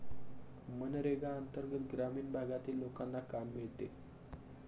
मनरेगा अंतर्गत ग्रामीण भागातील लोकांना काम मिळते